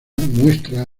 muestra